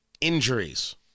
injuries